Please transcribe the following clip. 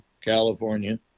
California